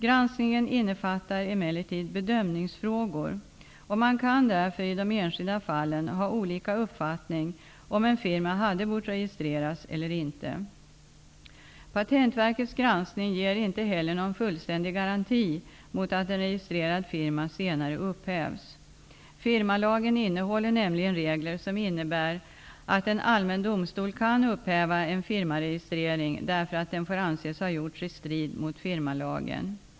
Granskningen innefattar emellertid bedömningsfrågor, och man kan därför i de enskilda fallen ha olika uppfattning om en firma hade bort registreras eller inte. Patentverkets granskning ger inte heller någon fullständig garanti mot att en registrerad firma senare upphävs. Firmalagen innehåller nämligen regler som innebär att en allmän domstol kan upphäva en firmaregistrering därför att den får anses ha gjorts i strid mot firmalagen.